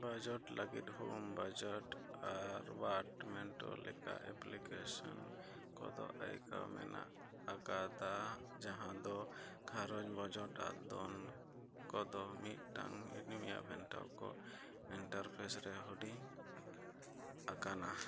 budget ᱞᱟᱜᱤᱫ home budget ᱟᱨᱵᱟᱝ Mint ᱞᱮᱠᱟᱱ ᱮᱯᱞᱤᱠᱮᱥᱚᱱ ᱠᱚᱫᱚ ᱟᱹᱭᱠᱟᱹᱣ ᱢᱮᱱᱟᱜ ᱟᱠᱟᱫᱟ ᱡᱟᱦᱟᱸ ᱫᱚ ᱜᱷᱟᱨᱚᱸᱡᱽ ᱵᱟᱡᱮᱴ ᱟᱨ ᱫᱚᱱ ᱠᱚᱫᱚ ᱢᱤᱫᱴᱟᱝ ᱮᱢᱱᱤᱭᱟᱱ ᱵᱮᱵᱷᱟᱨᱟᱱ ᱠᱚ ᱤᱱᱴᱟᱨᱯᱷᱮᱥ ᱨᱮ ᱦᱩᱰᱤᱧ ᱟᱠᱟᱱᱟ